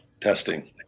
Testing